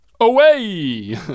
Away